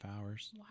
hours